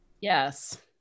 Yes